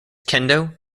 kendo